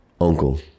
uncle